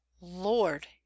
Lord